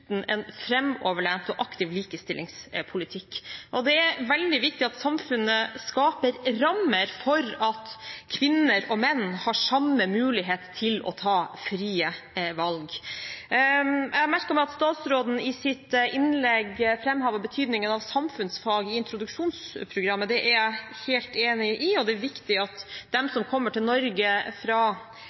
en framoverlent og aktiv likestillingspolitikk, og det er veldig viktig at samfunnet skaper rammer for at kvinner og menn har samme mulighet til å ta frie valg. Jeg merket meg at statsråden i sitt innlegg framhevet betydningen av samfunnsfag i introduksjonsprogrammet. Det er jeg helt enig i. Det er viktig at de som kommer til Norge fra